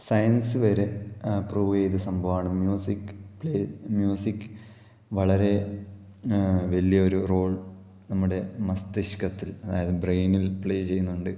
science വരെ prove ചെയ്ത സംഭവമാണ് മ്യൂസിക് പ്ലേ മ്യൂസിക് വളരെ വലിയൊരു റോള് നമ്മുടെ മസ്തിഷ്കത്തില് അതായത് ബ്രെയിനില് പ്ലേ ചെയ്യുന്നുണ്ട്